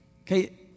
Okay